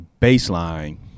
baseline